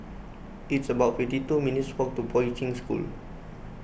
it's about fifty two minutes' walk to Poi Ching School